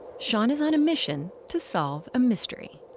shawn is on a mission to solve a mystery.